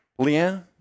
Leanne